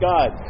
God